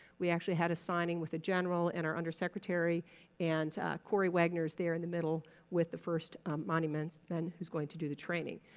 we actually had a signing with a general and our undersecretary and corey wagner's there in the middle with the first monuments man who's going to do the training.